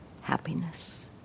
happiness